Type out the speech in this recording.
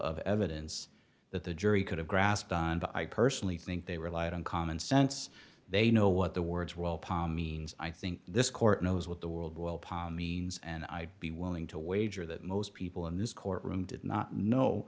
of evidence that the jury could have grasped on but i personally think they relied on common sense they know what the words were all pa means i think this court knows what the world will pop means and i'd be willing to wager that most people in this courtroom did not know